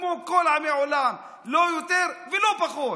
כמו לכל עמי העולם, לא יותר ולא פחות,